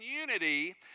unity